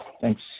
Thanks